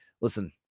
listen